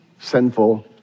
sinful